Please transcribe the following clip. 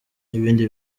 n’ibindi